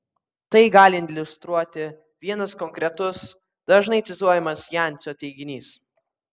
tai gali iliustruoti vienas konkretus dažnai cituojamas jancio teiginys